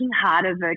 harder